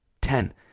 Ten